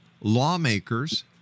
lawmakers